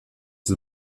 the